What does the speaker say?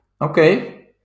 Okay